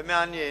ומעניין,